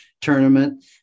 tournament